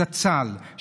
זכר צדיק לברכה,